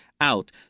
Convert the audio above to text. out